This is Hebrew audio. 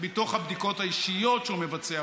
מתוך הבדיקות האישיות שהוא מבצע.